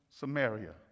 Samaria